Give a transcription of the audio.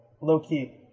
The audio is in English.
low-key